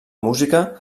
música